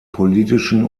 politischen